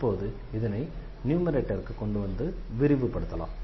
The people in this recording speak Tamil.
இப்போது இதனை நியூமரேட்டருக்கு கொண்டு வந்து விரிவுபடுத்தலாம்